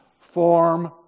form